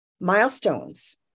milestones